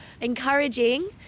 encouraging